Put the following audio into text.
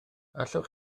allwch